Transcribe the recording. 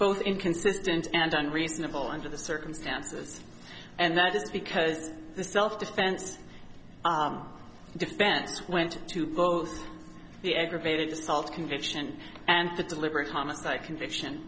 both inconsistent and unreasonable under the circumstances and that is because the self defense dispensed went to both the aggravated assault conviction and the deliberate homicide conviction